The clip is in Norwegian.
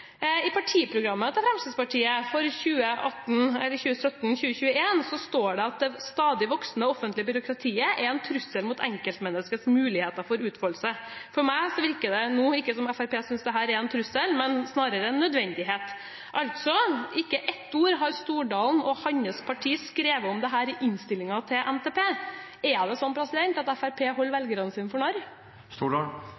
I partiprogrammet til Fremskrittspartiet for 2017–2021 står det: «Det stadig voksende, offentlige byråkratiet er en trussel mot enkeltmenneskets mulighet for utfoldelse.» For meg virker det ikke nå som om Fremskrittspartiet synes dette er en trussel, men snarere en nødvendighet. Ikke ett ord har Stordalen og hans parti skrevet om dette i innstillingen til NTP. Er det sånn at Fremskrittspartiet holder